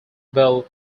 bell